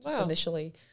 initially